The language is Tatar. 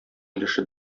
өлеше